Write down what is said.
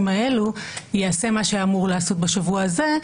האלו ייעשה מה שאמור להיעשות בשבוע הזה,